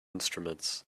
instruments